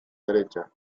derecha